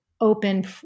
open